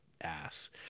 ass